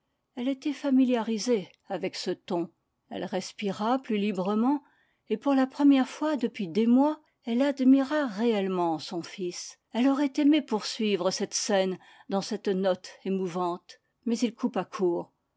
elle était familiarisée avec ce ton elle respira plus librement et pour la première fois depuis des mois elle admira réellement son fils elle aurait aimé poursuivre cette scène dans cette note émouvante mais il coupa court